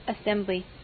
assembly